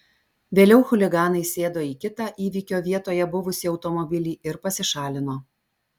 vėliau chuliganai sėdo į kitą įvykio vietoje buvusį automobilį ir pasišalino